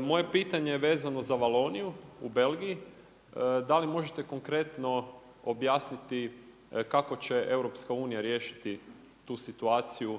Moje pitanje je vezano za Valoniju u Belgiji, da li možete konkretno objasniti kako će Europska unija riješiti tu situaciju